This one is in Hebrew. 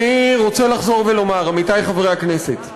אני רוצה לחזור ולומר, עמיתי חברי הכנסת,